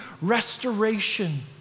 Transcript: restoration